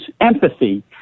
empathy